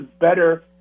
better